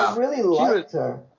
um really looter